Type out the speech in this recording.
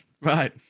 right